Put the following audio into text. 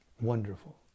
Wonderful